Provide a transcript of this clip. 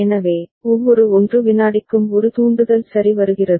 எனவே ஒவ்வொரு 1 விநாடிக்கும் ஒரு தூண்டுதல் சரி வருகிறது